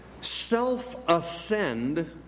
self-ascend